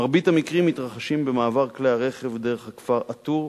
מרבית המקרים מתרחשים במעבר כלי הרכב דרך הכפר א-טור,